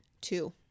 Two